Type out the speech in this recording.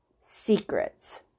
Secrets